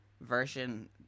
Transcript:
Version